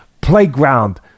playground